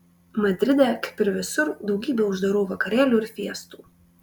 madride kaip ir visur daugybė uždarų vakarėlių ir fiestų